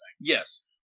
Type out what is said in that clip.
Yes